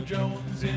Jones